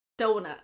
donut